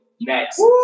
next